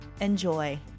Enjoy